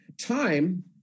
Time